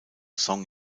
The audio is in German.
song